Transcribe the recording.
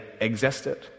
existed